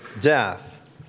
death